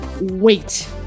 wait